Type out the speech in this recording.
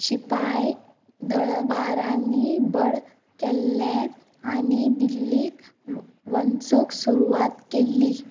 शिपाय दळभारांनी बंड केल्लें आनी दिल्लीक वंचूक सुरवात केल्ली